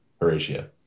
Horatia